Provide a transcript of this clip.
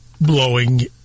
blowing